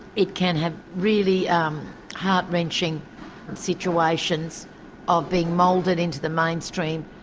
it can have really um heart-wrenching situations of being moulded into the mainstream,